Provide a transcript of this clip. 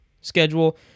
schedule